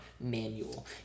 manual